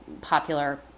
popular